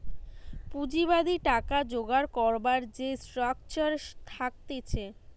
পুঁজিবাদী টাকা জোগাড় করবার যে স্ট্রাকচার থাকতিছে